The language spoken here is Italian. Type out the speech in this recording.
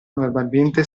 normalmente